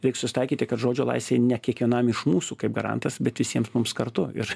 reik susitaikyti kad žodžio laisvė ne kiekvienam iš mūsų kaip garantas bet visiems mums kartu ir